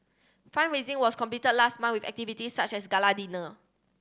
fund raising was completed last month with activities such as gala dinner